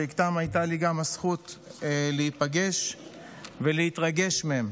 שגם איתם הייתה לי הזכות להיפגש ולהתרגש מהם.